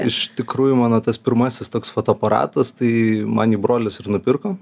iš tikrųjų mano tas pirmasis toks fotoaparatas tai man jį brolis ir nupirko